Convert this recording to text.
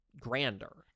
grander